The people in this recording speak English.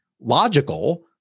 logical